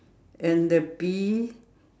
and the bee